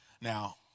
Now